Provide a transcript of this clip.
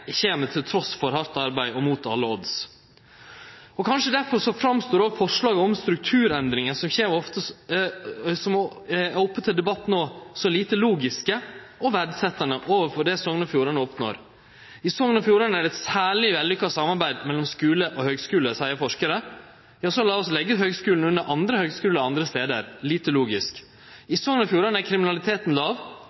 kjem trass i hardt arbeid og mot alle odds. Kanskje derfor framstår også forslaga om strukturendringar som er oppe til debatt no, så lite logiske og utan verdsetjing av det Sogn og Fjordane oppnår. I Sogn og Fjordane er det eit særleg vellukka samarbeid mellom skule og høgskule, seier forskarar. Så lat oss leggje høgskulen under andre høgskular, andre stader. Lite logisk.